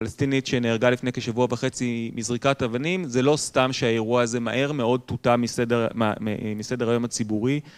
פלסטינית שנהרגה לפני כשבוע וחצי מזריקת אבנים, זה לא סתם שהאירוע הזה מהר מאוד טוטא מסדר היום הציבורי